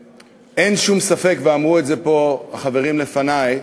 אין שום ספק, ואמרו את זה פה החברים לפני,